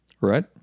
right